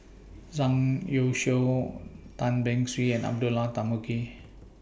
Zhang Youshuo Tan Beng Swee and Abdullah Tarmugi